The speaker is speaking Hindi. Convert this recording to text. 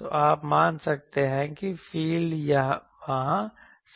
तो आप मान सकते हैं कि फ़ील्ड वहाँ